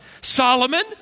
Solomon